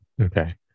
Okay